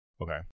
Okay